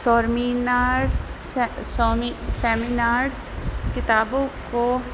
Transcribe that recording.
سارمینارس سیمی سیمینارس کتابوں کو